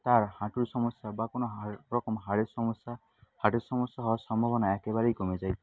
তার হাঁটুর সমস্যা বা কোনো হাড় রকম হাড়ের সমস্যা হার্টের সমস্যা হওয়ার সম্ভাবনা একেবারেই কমে যায়